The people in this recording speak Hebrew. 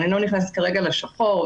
אני לא נכנסת כרגע לעבודה בשחור,